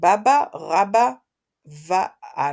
בבא רבה והלאה.